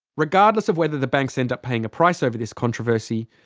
regardless of whether the banks end up paying a price over this controversy,